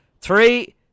Three